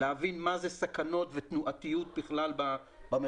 לבין מה אלה סכנות ותנועתיות בכלל במרחב